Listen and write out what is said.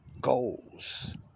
goals